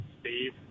Steve